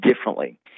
differently